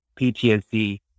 PTSD